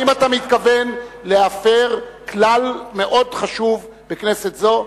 האם אתה מתכוון להפר כלל מאוד חשוב בכנסת זו,